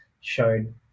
showed